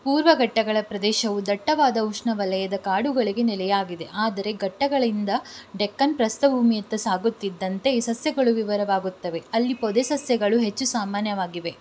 ಪೂರ್ವ ಘಟ್ಟಗಳ ಪ್ರದೇಶವು ದಟ್ಟವಾದ ಉಷ್ಣ ವಲಯದ ಕಾಡುಗಳಿಗೆ ನೆಲೆಯಾಗಿದೆ ಆದರೆ ಘಟ್ಟಗಳಿಂದ ಡೆಕ್ಕನ್ ಪ್ರಸ್ಥಭೂಮಿಯತ್ತ ಸಾಗುತ್ತಿದ್ದಂತೆ ಈ ಸಸ್ಯಗಳು ವಿವರವಾಗುತ್ತವೆ ಅಲ್ಲಿ ಪೊದೆ ಸಸ್ಯಗಳು ಹೆಚ್ಚು ಸಾಮಾನ್ಯವಾಗಿವೆ